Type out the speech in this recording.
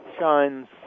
shines